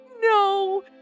no